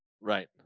Right